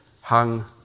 hung